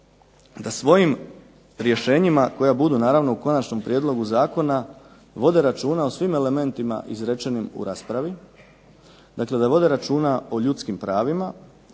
da svojim rješenjima koja budu naravno u konačnom prijedlogu zakona vode računa o svim elementima izrečenim u raspravi, dakle da vode računa o ljudskim pravima,